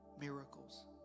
miracles